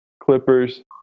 Clippers